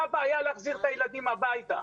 מה הבעיה להחזיר את הילדים הביתה?